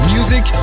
Music